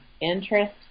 interest